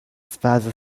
father